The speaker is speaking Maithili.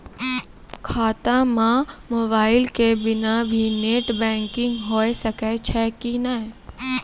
खाता म मोबाइल के बिना भी नेट बैंकिग होय सकैय छै कि नै?